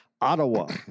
Ottawa